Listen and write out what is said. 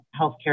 healthcare